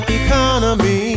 economy